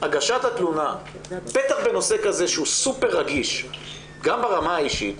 הגשת התלונה בטח בנושא כזה שהוא סופר רגיש גם ברמה האישית,